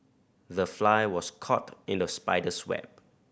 the fly was caught in the spider's web